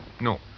No